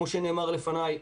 כמו שנאמר לפניי,